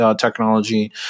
technology